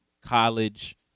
college